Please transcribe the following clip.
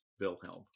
Wilhelm